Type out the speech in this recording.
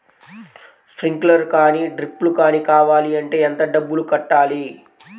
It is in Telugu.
స్ప్రింక్లర్ కానీ డ్రిప్లు కాని కావాలి అంటే ఎంత డబ్బులు కట్టాలి?